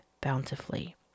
bountifully